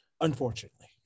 Unfortunately